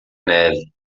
neve